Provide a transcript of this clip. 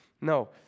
No